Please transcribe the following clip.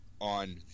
on